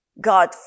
God